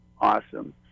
awesome